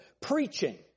preaching